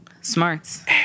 Smarts